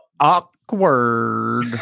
awkward